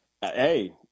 hey